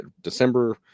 december